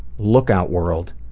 look out world,